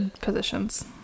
positions